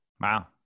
Wow